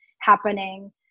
happening